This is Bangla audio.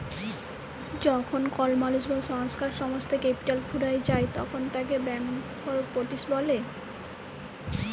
যখল কল মালুস বা সংস্থার সমস্ত ক্যাপিটাল ফুরাঁয় যায় তখল তাকে ব্যাংকরূপটিসি ব্যলে